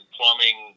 Plumbing